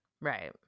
Right